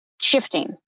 shifting